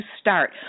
start